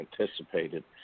anticipated